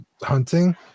hunting